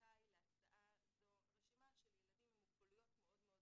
שזכאי להסעה זו רשימה של ילדים עם מוגבלויות מאוד מסוימות,